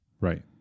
Right